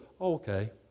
okay